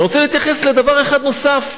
אני רוצה להתייחס לדבר אחד נוסף,